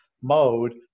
mode